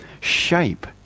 shape